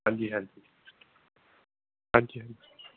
ਹਾਂਜੀ ਹੈਲਪ ਜੀ ਹਾਂਜੀ ਹਾਂਜੀ